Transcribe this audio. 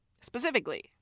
specifically